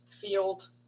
field